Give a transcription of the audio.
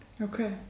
Okay